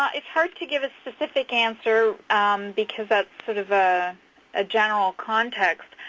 ah it's hard to give a specific answer because that's sort of ah a general context.